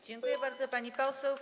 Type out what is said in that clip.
Dziękuję bardzo, pani poseł.